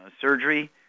surgery